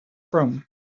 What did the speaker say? chrome